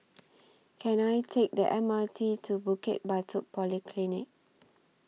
Can I Take The M R T to Bukit Batok Polyclinic